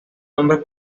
nombre